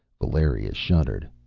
valeria shuddered.